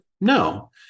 No